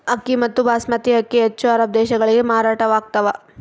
ಅಕ್ಕಿ ಮತ್ತು ಬಾಸ್ಮತಿ ಅಕ್ಕಿ ಹೆಚ್ಚು ಅರಬ್ ದೇಶಗಳಿಗೆ ಮಾರಾಟವಾಗ್ತಾವ